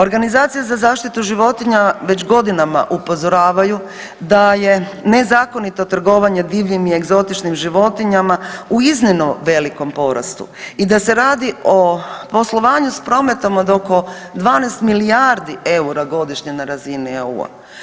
Organizacije za zaštitu životinja već godinama upozoravaju da je nezakonito trgovanje divljim i egzotičnim životinjama u iznimno velikom porastu i da se radi o poslovanju s prometom od oko 12 milijardi eura godišnje na razini EU.